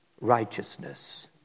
righteousness